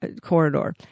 corridor